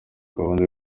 gahunda